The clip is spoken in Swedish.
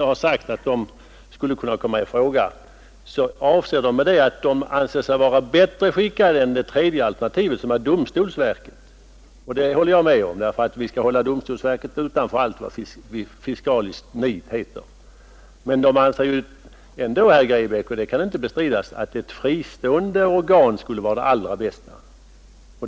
har sagt att det skulle kunna komma i fråga, att verket med detta uttalande ansåg sig vara bättre skickat än domstolsverket, som var det tredje alternativet. Detta håller jag med om. Vi skall hålla domstolsverket utanför allt vad fiskaliskt nit heter. Men riksskatteverket anser ändå, herr Grebäck, och det kan inte bestridas, att ett fristående organ skulle vara det allra bästa.